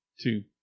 two